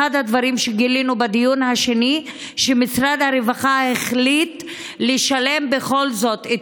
אחד הדברים שגילינו בדיון השני הוא שמשרד הרווחה החליט לשלם בכל זאת את